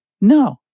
No